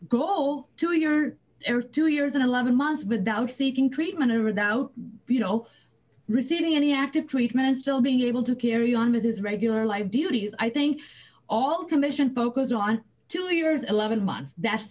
goal to your air two years and eleven months without seeking treatment or without you know receiving any active treatment still being able to carry on with his regular life duties i think all commission focus on two years eleven months that's